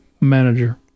manager